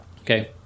Okay